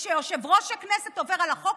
כשיושב-ראש הכנסת עובר על החוק,